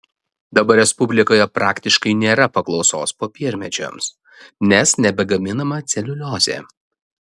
dabar respublikoje praktiškai nėra paklausos popiermedžiams nes nebegaminama celiuliozė